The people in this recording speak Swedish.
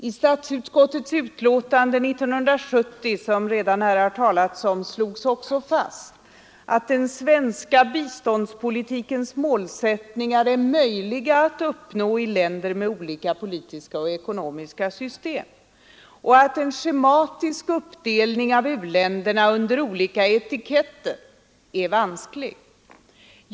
I statsutskottets utlåtande år 1970, som det här redan har talats om, slogs också fast att ”den svenska biståndspolitikens målsättningar är möjliga att uppnå i länder med olika politiska och ekonomiska system” och att ”en schematisk uppdelning av u-länderna under olika etiketter” är vansklig.